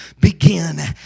begin